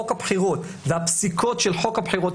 חוק הבחירות והפסיקות של חוק הבחירות,